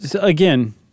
Again